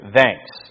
thanks